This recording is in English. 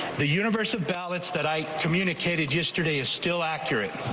the universe of ballots that i communicated yesterday is still accurate.